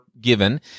given